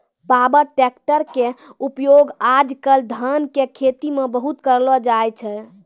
power tractor के उपयोग आज कल धान के खेती मॅ बहुत करलो जाय छै